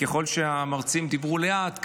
ככל שהמרצים דיברו לאט,